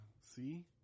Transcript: see